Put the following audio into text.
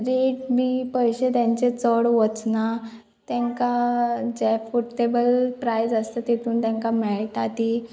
rate बी पयशे तेंचे चड वचना तेंकां जे एफोर्टेबल प्रायस आसता तितून तेंकां मेळटा ती